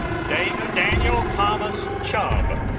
david daniel thomas chava